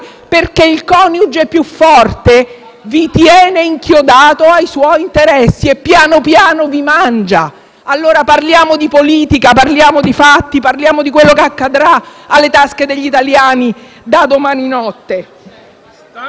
vi tiene inchiodati ai suoi interessi e, pian piano, vi mangia. Parliamo alla politica, di fatti, di quello che accadrà alle tasche degli italiani da domani notte.